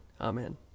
Amen